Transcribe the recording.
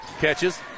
catches